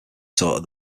taught